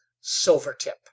Silvertip